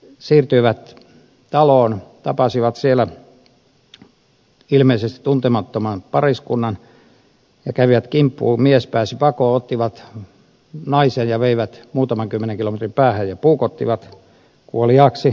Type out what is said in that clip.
siirtyivät taloon tapasivat siellä ilmeisesti tuntemattoman pariskunnan ja kävivät kimppuun mies pääsi pakoon ottivat naisen ja veivät muutaman kymmenen kilometrin päähän ja puukottivat kuoliaaksi